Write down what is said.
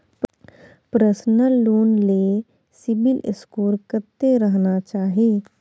Personal loan ले CIBIL score कत्ते रहना चाही?